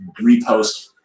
repost